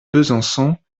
besançon